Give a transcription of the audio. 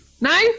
No